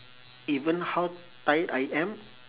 even how tired I am